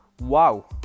wow